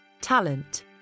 talent